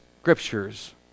scriptures